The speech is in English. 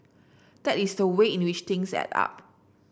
that is so way in which things add up